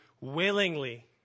willingly